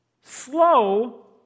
slow